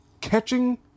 Catching